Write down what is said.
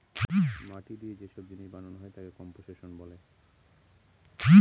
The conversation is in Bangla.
মাটি দিয়ে যে সব জিনিস বানানো তাকে কম্পোসিশন বলে